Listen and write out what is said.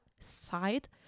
side